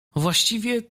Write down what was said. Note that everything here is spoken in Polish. właściwie